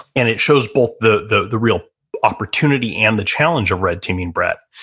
and it shows both the, the the real opportunity and the challenge of red teaming, brett,